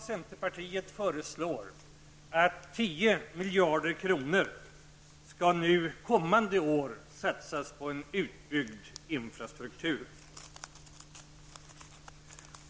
Centerpartiet föreslår därför att 10 miljarder kronor under kommande år skall satsas på en utbyggd infrastruktur.